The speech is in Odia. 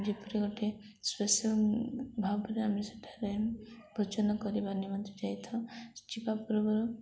ଯେପରି ଗୋଟେ ସ୍ପେଶିଆଲ୍ ଭାବରେ ଆମେ ସେଠାରେ ଭୋଜନ କରିବା ଆମେ ଯାଇଥାଉ ଯିବା ପୂର୍ବରୁ